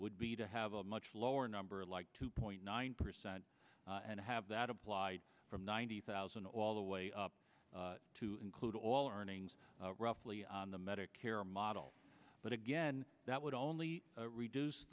would be to have a much lower number like two point nine percent and have that applied from ninety thousand all the way up to include all earnings roughly on the medicare model but again that would only reduce